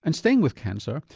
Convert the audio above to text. and staying with cancer,